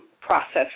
process